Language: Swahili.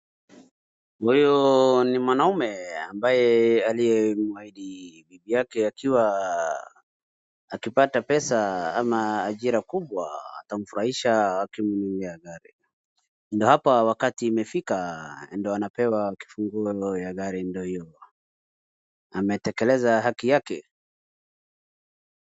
Huyu ni mwanamume ambaye aliye mwahidi bibi yake , akiwa , akipata pesa ama ajira kubwa ,atamfurahisha akimnunulia gari. Ndo hapa wakati imefika ndo anapewa kifunguo ya gari ndo hio, ametekeleza haki yake.